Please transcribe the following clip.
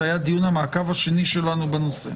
שהיה דיון המעקב השני שלנו בנושא.